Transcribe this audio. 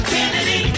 Kennedy